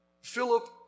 Philip